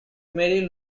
marie